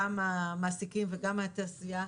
גם המעסיקים וגם התעשייה,